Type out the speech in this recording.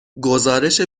گزارش